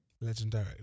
Legendary